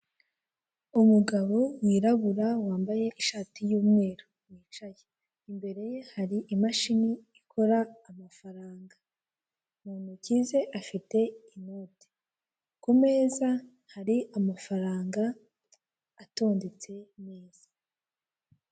Umugabo wirabura wambaye ishati y'umweru wicaye, imbere ye hari imashini ikora kumafaranga muntoki ze afite inoti, kumezaa hari amafaranga atondetse neza.